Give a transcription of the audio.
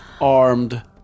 armed